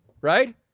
right